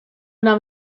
nam